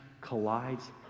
collides